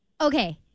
Okay